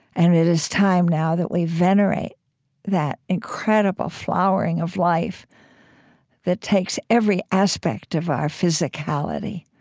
and it is time now that we venerate that incredible flowering of life that takes every aspect of our physicality